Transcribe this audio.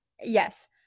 Yes